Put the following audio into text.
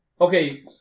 Okay